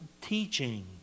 teaching